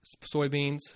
soybeans